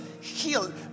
Heal